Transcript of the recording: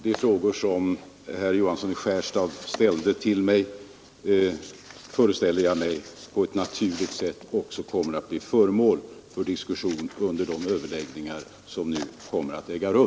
De frågor som herr Johansson i Skärstad ställde till mig föreställer jag mig på ett naturligt sätt också kommer att bli föremål för diskussion under de överläggningar som kommer att äga rum.